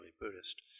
Buddhist